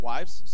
Wives